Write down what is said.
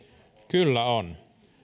kyllä on